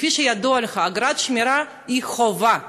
כפי שידוע לך, אגרת שמירה היא חובה.